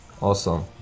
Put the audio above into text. awesome